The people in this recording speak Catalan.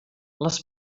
les